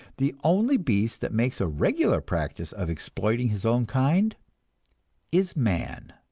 the only beast that makes a regular practice of exploiting his own kind is man.